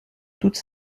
toute